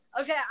Okay